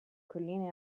colline